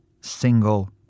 single